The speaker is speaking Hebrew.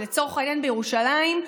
לצורך העניין, בירושלים,